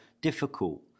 difficult